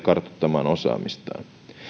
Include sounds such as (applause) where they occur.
(unintelligible) kartuttamaan osaamistaan